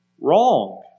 Wrong